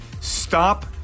stop